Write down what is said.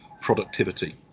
productivity